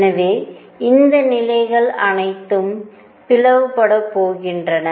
எனவே இந்த நிலைகள் அனைத்தும் பிளவுபடப் போகின்றன